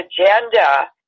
agenda